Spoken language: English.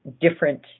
different